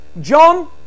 John